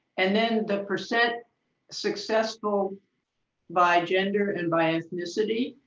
and then the percent successful by gender and by ethnicity,